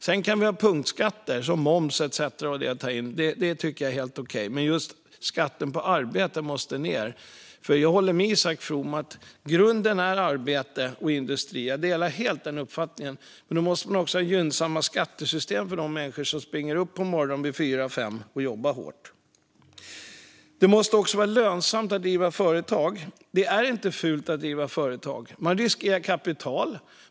Sedan kan det finnas punktskatter, till exempel moms. Det tycker jag är helt okej. Men just skatten på arbete måste sänkas. Jag håller med Isak From om att grunden är arbete och industri. Men då måste det vara gynnsamma skattesystem för de människor som springer upp på morgonen vid 4-5-tiden för att jobba hårt. Det måste också vara lönsamt att driva företag. Det är inte fult att driva företag. Man riskerar kapital.